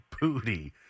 booty